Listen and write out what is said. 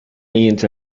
means